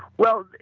well,